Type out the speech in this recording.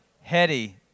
Hetty